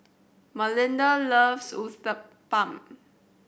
Malinda loves Uthapam